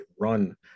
run